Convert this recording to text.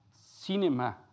cinema